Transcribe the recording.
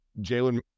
Jalen